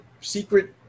secret